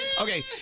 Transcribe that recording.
Okay